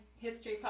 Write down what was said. History